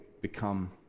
become